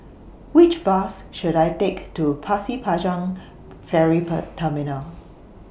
Which Bus should I Take to Pasir Panjang Ferry Terminal